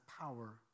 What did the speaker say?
power